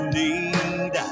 need